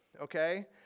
okay